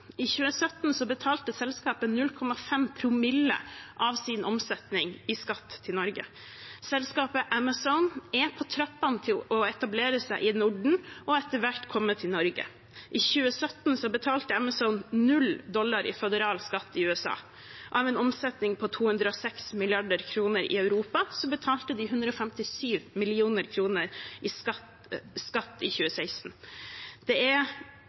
I 2017 betalte selskapet 0,5 promille av sin omsetning i skatt til Norge. Selskapet Amazon er på trappene til å etablere seg i Norden og etter hvert komme til Norge. I 2017 betalte Amazon null dollar i føderal skatt i USA. Av en omsetning på 206 mrd. kr i Europa betalte de 157 mill. kr i skatt i 2016. Det er